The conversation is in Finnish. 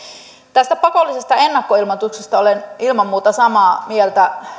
tästä pakollisesta ennakkoilmoituksesta olen ilman muuta samaa mieltä